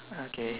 okay